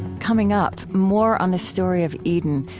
coming up, more on the story of eden,